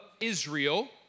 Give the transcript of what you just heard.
Israel